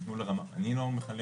אני לא מחלק,